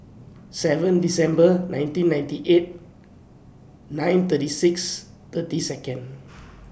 seven December nineteen ninety eight nine thirty six thirty Seconds